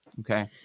okay